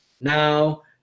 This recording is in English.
now